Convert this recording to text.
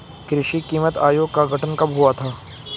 कृषि कीमत आयोग का गठन कब हुआ था?